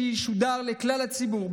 שישודר לכלל הציבור,